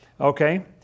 Okay